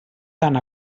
tant